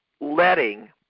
letting